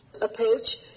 approach